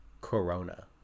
corona